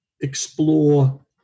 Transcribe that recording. explore